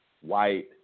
white